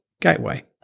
gateway